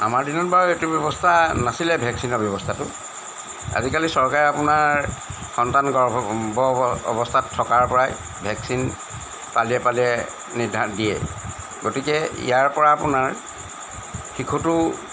আমাৰ দিনত বাৰু এইটো ব্যৱস্থা নাছিলে ভেকচিনৰ ব্যৱস্থাটো আজিকালি চৰকাৰে আপোনাৰ সন্তান গৰ্ভ অৱস্থাত থকাৰ পৰাই ভেকচিন পালিয়ে পালিয়ে নিৰ্ধাৰণ দিয়ে গতিকে ইয়াৰ পৰা আপোনাৰ শিশুটো